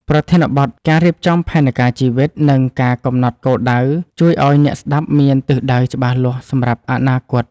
ប្រធានបទ ការរៀបចំផែនការជីវិត និងការកំណត់គោលដៅ ជួយឱ្យអ្នកស្ដាប់មានទិសដៅច្បាស់លាស់សម្រាប់អនាគត។